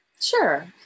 Sure